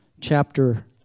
chapter